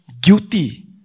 guilty